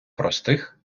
простих